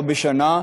לא בשנה.